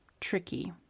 tricky